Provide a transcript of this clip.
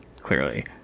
clearly